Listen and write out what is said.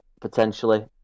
potentially